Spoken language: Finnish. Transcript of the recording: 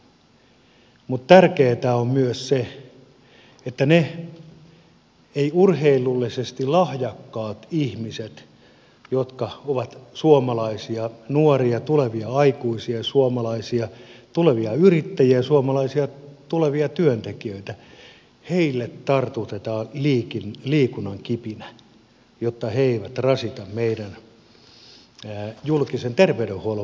mutta tärkeätä on myös se että niihin ei urheilullisesti lahjakkaisiin ihmisiin jotka ovat suomalaisia nuoria tulevia aikuisia suomalaisia tulevia yrittäjiä ja tulevia suomalaisia työntekijöitä tartutetaan liikunnan kipinä jotta he eivät rasita meidän julkisen terveydenhuoltomme palveluita